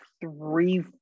three